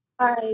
Hi